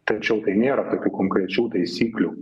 tačiau tai nėra tokių konkrečių taisyklių